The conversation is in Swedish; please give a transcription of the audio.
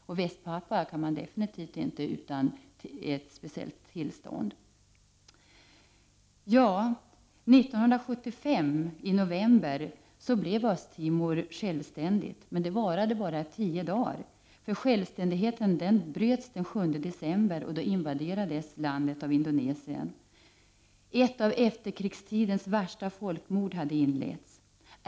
Till Väst-Papua kan man absolut inte komma utan ett speciellt tillstånd. I november 1975 blev Östra Timor självständigt, men självständigheten varade bara tio dagar. Självständigheten bröts den 7 december, då landet invaderades av Indonesien. Ett av efterkrigstidens värsta folkmord inleddes.